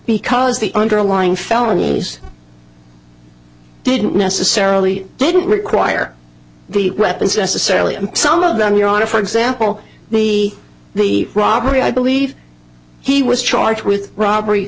because the underlying felonies didn't necessarily didn't require the weapons necessarily and some of them your honor for example the the robbery i believe he was charged with robbery